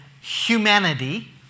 humanity